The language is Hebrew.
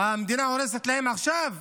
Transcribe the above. המדינה הורסת להם עכשיו?